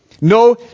No